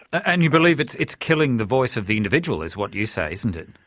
and you believe it's it's killing the voice of the individual is what you say isn't it?